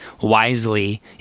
wisely